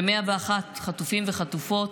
ו-101 חטופים וחטופות.